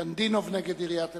קנדינוב נגד עיריית תל-אביב,